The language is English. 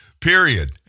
period